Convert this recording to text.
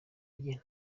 gihe